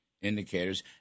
indicators